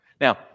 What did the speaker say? Now